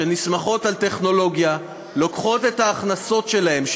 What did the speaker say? שנסמכות על טכנולוגיה לוקחות את ההכנסות שלהן,